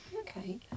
Okay